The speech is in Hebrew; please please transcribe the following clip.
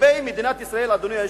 לגבי מדינת ישראל, אדוני היושב-ראש,